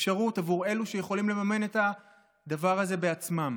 אפשרות עבור אלו שיכולים לממן את הדבר הזה בעצמם.